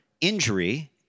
injury